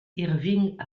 irving